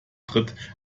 tritt